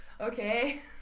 Okay